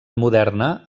moderna